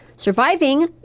Surviving